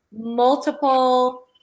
multiple